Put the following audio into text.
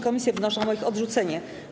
Komisje wnoszą o ich odrzucenie.